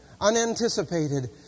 unanticipated